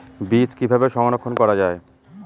বীজ কিভাবে সংরক্ষণ করা যায়?